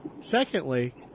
Secondly